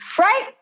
Right